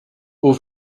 haut